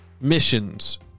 missions